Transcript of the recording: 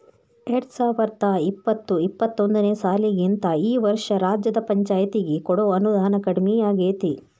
ಎರ್ಡ್ಸಾವರ್ದಾ ಇಪ್ಪತ್ತು ಇಪ್ಪತ್ತೊಂದನೇ ಸಾಲಿಗಿಂತಾ ಈ ವರ್ಷ ರಾಜ್ಯದ್ ಪಂಛಾಯ್ತಿಗೆ ಕೊಡೊ ಅನುದಾನಾ ಕಡ್ಮಿಯಾಗೆತಿ